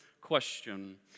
question